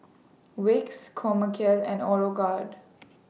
Vicks Chomel and Aeroguard